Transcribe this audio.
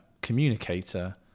communicator